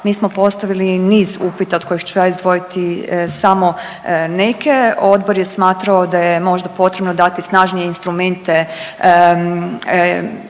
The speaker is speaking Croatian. mi smo postavili niz upita od kojih ću ja izdvojiti samo neke. Odbor je smatrao da je možda potrebno dati snažnije instrumente